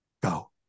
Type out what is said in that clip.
Go